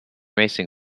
racing